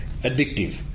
addictive